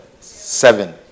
Seven